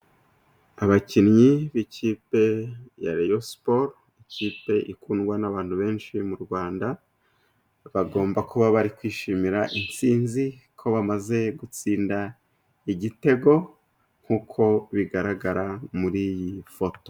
Abakinnyi b'ikipe ya rayon sports, ikipe ikundwa n'abantu benshi mu Rwanda, bagomba kuba bari kwishimira intsinzi ko bamaze gutsinda igitego, nk'uko bigaragara muri iyi foto.